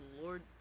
lord